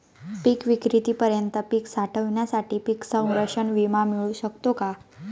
पिकविक्रीपर्यंत पीक साठवणीसाठी पीक संरक्षण विमा मिळू शकतो का?